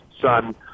son